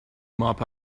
mop